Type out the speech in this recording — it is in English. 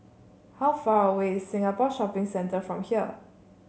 how far away is Singapore Shopping Centre from here